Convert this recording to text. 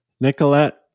Nicolette